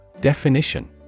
Definition